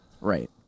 Right